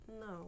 No